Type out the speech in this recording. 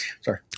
Sorry